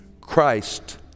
Christ